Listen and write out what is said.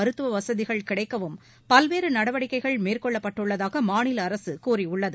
மருத்துவ வசதிகள் கிடைக்கவும் பல்வேறு நடவடிக்கைகள் மேற்கொள்ளப்பட்டுள்ளதாக மாநில அரசு கூறியுள்ளது